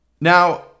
Now